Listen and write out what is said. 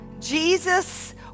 Jesus